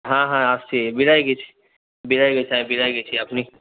হ্যাঁ হ্যাঁ আসছি বেড়াই গেছি বেড়াই গেছি আমি বেড়াই গেছি আপনি